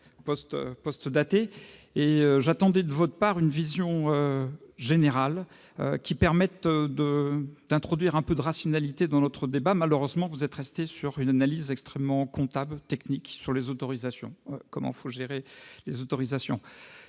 postdatée ». J'attendais de votre part une vision générale, qui permette d'introduire un peu de rationalité dans notre débat. Malheureusement, vous en êtes resté à une analyse éminemment comptable, technique, évoquant la manière dont il faut gérer les autorisations.